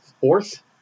fourth